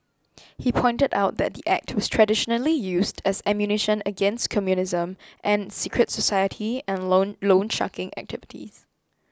he pointed out that the Act was traditionally used as ammunition against communism and secret society and loan loansharking activities